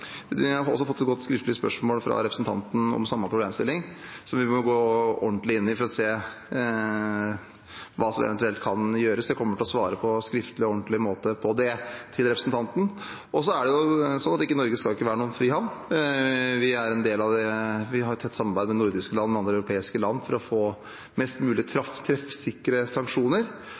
Vi er her nesten hver onsdag nå, og det er riktig. Jeg har også fått et godt skriftlig spørsmål fra representanten om samme problemstilling, som vi må gå ordentlig inn i for å se på hva som eventuelt kan gjøres. Jeg kommer til å svare representanten på det på en skriftlig og ordentlig måte. Norge skal ikke være noen frihavn. Vi har et tett samarbeid med andre nordiske og europeiske land for å få mest mulig treffsikre sanksjoner.